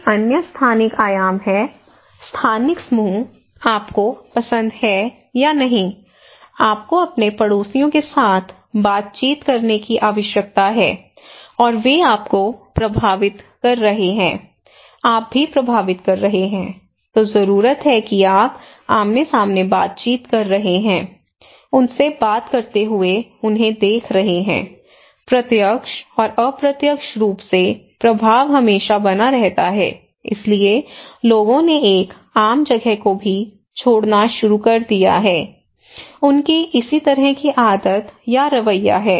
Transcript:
एक अन्य स्थानिक आयाम है स्थानिक समूह आपको पसंद है या नहीं आपको अपने पड़ोसियों के साथ बातचीत करने की आवश्यकता है और वे आपको प्रभावित कर रहे हैं आप भी प्रभावित कर रहे हैं तो जरूरत है कि आप आमने सामने बातचीत कर रहे हैं उनसे बात करते हुए उन्हें देख रहे हैं प्रत्यक्ष और अप्रत्यक्ष रूप से प्रभाव हमेशा बना रहता है इसलिए लोगों ने एक आम जगह को भी छोड़ना शुरू कर दिया है उनकी इसी तरह की आदत या रवैया है